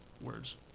words